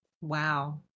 Wow